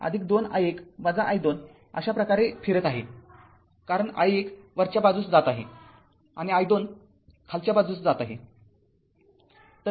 तर ते २२२ i१ i२ अशाप्रकारे फिरत आहे कारण i१ वरच्या बाजूस जात आहे आणि i२ खालच्या बाजूस जात आहे